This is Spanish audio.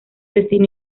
destino